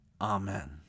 Amen